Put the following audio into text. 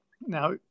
Now